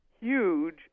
huge